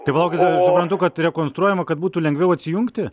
tai palaukit aš suprantu kad rekonstruojama kad būtų lengviau atsijungti